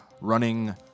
running